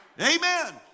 Amen